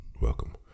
Welcome